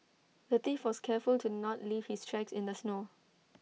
the thief was careful to not leave his tracks in the snow